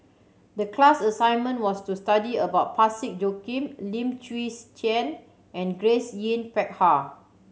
the class assignment was to study about Parsick Joaquim Lim Chwee Chian and Grace Yin Peck Ha